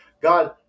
God